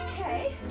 Okay